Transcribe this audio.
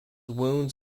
wounds